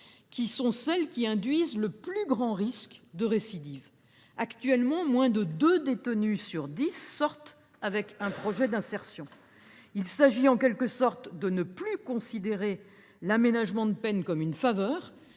les sorties sèches, qui induisent le plus grand risque de récidive. Or, actuellement, moins de deux détenus sur dix sortent avec un projet d’insertion. Il s’agit en quelque sorte de ne plus considérer l’aménagement de peine comme une faveur,